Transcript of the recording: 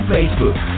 Facebook